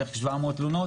בערך 700 תלונות.